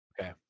okay